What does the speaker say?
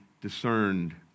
discerned